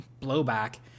blowback